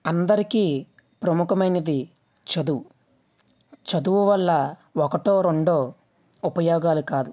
అందరికీ ప్రముఖమైనది చదువు చదువు వల్ల ఒకటో రెండో ఉపయోగాలు కాదు